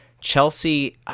Chelsea